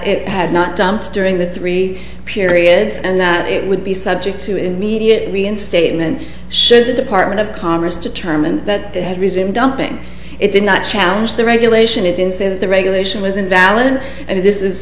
it had not dumped during the three periods and that it would be subject to immediate reinstatement should the department of congress determine that it had resumed dumping it did not challenge the regulation it in say that the regulation was invalid and this is